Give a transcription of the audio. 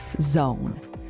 .zone